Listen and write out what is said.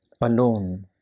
alone